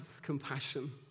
Compassion